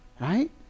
right